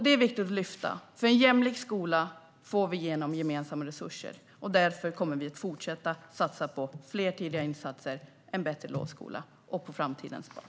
Det är viktigt, därför att en jämlik skola får vi genom gemensamma resurser, och därför kommer vi att fortsätta att satsa på fler tidiga insatser, en bättre lovskola och på framtidens barn.